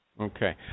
okay